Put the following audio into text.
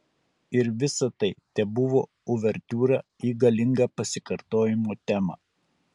ir visa tai tebuvo uvertiūra į galingą pasikartojimo temą